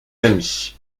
amis